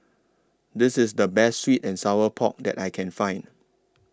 This IS The Best Sweet and Sour Pork that I Can Find